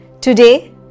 Today